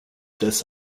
this